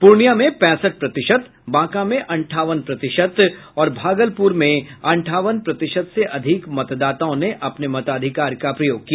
पूर्णिया में पैंसठ प्रतिशत बांका में अंठावन प्रतिशत और भागलपुर में अंठावन प्रतिशत से अधिक मतदाताओं ने अपने मताधिकार का प्रयोग किया